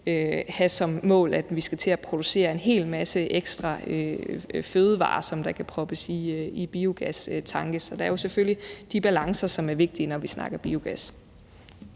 have som mål, at vi skal til at producere en hel masse ekstra fødevarer, som kan proppes i biogastanke. Så der er selvfølgelig de balancer, som er vigtige, når vi snakker biogas.